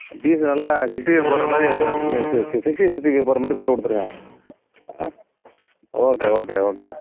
piece நல்லா sixty five போடுற மாதிரி சிக்கன் சிக்ஸ்டி ஃபைவ் போடுற மாதிரி போட்டு கொடுத்துருங்க ஆ ஓகே ஓகே ஓகேண்ண